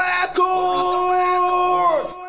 Records